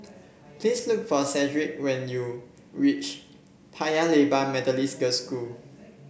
please look for Shedrick when you reach Paya Lebar Methodist Girls' School